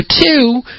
two